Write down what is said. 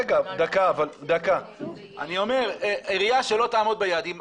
אני מציע, עירייה שלא תעמוד ביעדים